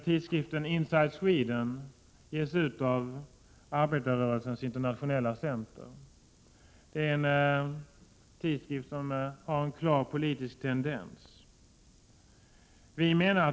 Tidskriften Inside Sweden ges ut av arbetarrörelsens internationella centrum, och det är en tidskrift som har en klar politisk tendens.